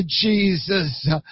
Jesus